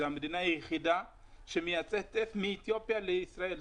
זו המדינה היחידה שמייצאת טף מאתיופיה לישראל.